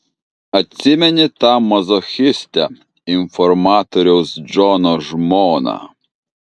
atsimeni tą mazochistę informatoriaus džono žmoną